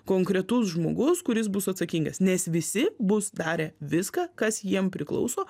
konkretus žmogus kuris bus atsakingas nes visi bus darę viską kas jiem priklauso